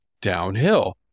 downhill